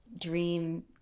dream